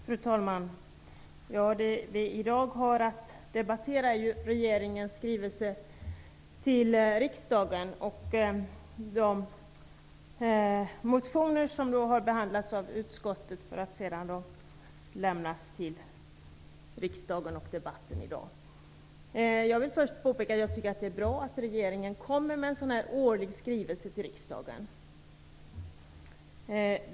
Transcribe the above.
Fru talman! Det vi i dag har att debattera är regeringens skrivelse till riksdagen och de motioner som har behandlats av utskottet. Jag vill först påpeka att jag tycker att det är bra att regeringen kommer med en årlig skrivelse till riksdagen.